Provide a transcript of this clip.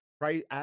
right